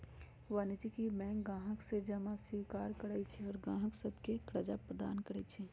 वाणिज्यिक बैंक गाहक से जमा स्वीकार करइ छइ आऽ गाहक सभके करजा प्रदान करइ छै